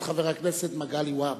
את חבר הכנסת מגלי והבה,